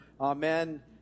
Amen